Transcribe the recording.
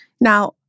Now